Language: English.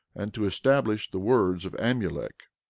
and to establish the words of amulek,